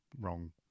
wrong